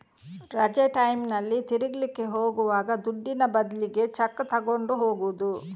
ರಜೆ ಟೈಮಿನಲ್ಲಿ ತಿರುಗ್ಲಿಕ್ಕೆ ಹೋಗುವಾಗ ದುಡ್ಡಿನ ಬದ್ಲಿಗೆ ಚೆಕ್ಕು ತಗೊಂಡು ಹೋಗುದು